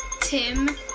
Tim